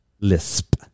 lisp